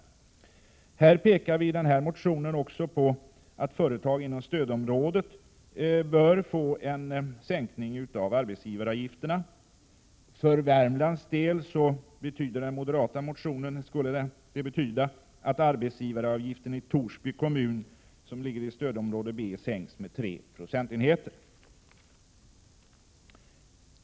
I vår motion pekar vi också på att företag inom stödområdet bör få en sänkning av arbetsgivaravgifterna. För Värmlands del skulle ett bifall till den moderata motionen betyda att arbetsgivaravgiften i Torsby kommun, som ligger i området B, sänks med tre procentenheter.